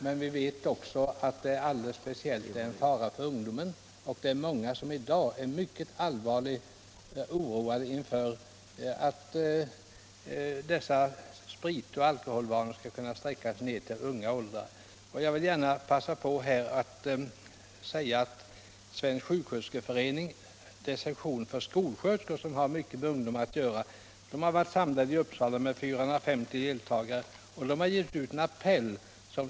Men vi vet också att den är alldeles speciellt farlig för ungdomen, och många är i dag allvarligt oroade för att dessa spritoch alkoholvanor skall sträckas ner till unga åldrar. Jag vill gärna passa på att nämna att Svensk sjuksköterskeförenings sektion för skolsköterskor, som ju har mycket med ungdomar att göra, vid en sammankomst i Uppsala med 450 deltagare givit ut en appell.